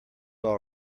all